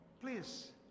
Please